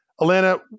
Alana